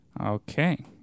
Okay